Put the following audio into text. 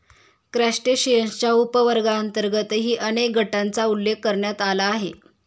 क्रस्टेशियन्सच्या उपवर्गांतर्गतही अनेक गटांचा उल्लेख करण्यात आला आहे